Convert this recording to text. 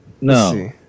No